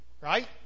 right